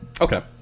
Okay